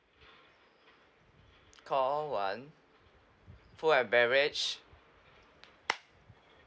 call one food and beverage